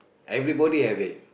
everybody have it